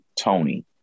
Tony